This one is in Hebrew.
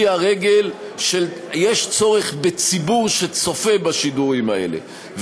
יש צורך בציבור שצופה בשידורים האלה,